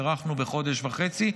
הארכנו בחודש וחצי,